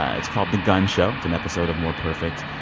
ah it's called the gun show. it's an episode of more perfect.